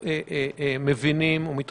הסמכה לממשלה ולשר